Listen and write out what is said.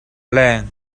leng